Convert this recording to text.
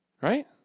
Right